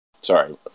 Sorry